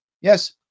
Yes